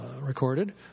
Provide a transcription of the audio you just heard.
Recorded